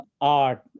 art